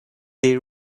they